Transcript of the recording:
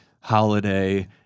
holiday